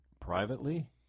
privately